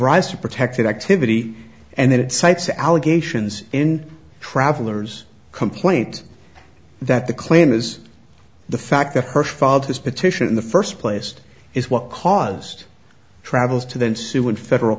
to protected activity and then it cites allegations in traveller's complaint that the claim is the fact that her father's petition in the first place is what caused travels to then sue in federal